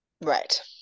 Right